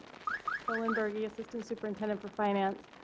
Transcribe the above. jolynn berge assistant superintendent for finance.